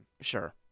Sure